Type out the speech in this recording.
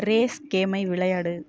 race கேமை விளையாடு